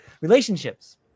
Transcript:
Relationships